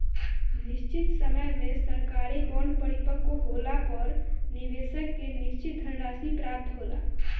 निशचित समय में सरकारी बॉन्ड परिपक्व होला पर निबेसक के निसचित धनराशि प्राप्त होला